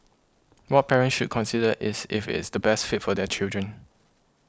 what parents should consider is if it's the best fit for their children